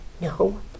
No